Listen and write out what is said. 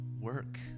work